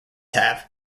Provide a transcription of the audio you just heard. have